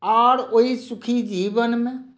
आओर ओहि सुखी जीवनमे